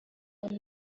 one